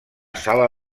sala